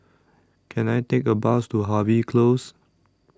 Can I Take A Bus to Harvey Close